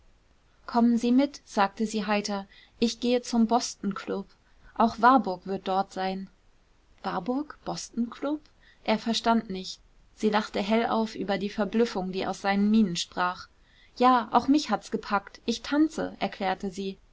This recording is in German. kommen sie mit sagte sie heiter ich gehe zum bostonklub auch warburg wird dort sein warburg bostonklub er verstand nicht sie lachte hell auf über die verblüffung die aus seinen mienen sprach ja auch mich hat's gepackt ich tanze erklärte sie